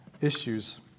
issues